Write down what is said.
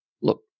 Look